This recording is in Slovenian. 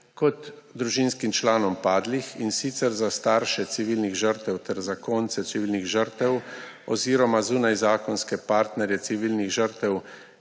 kot družinskim članom padlih, in sicer za starše civilnih žrtev ter zakonce civilnih žrtev oziroma zunajzakonske partnerje civilnih žrtev,